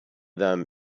them